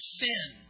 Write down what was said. sin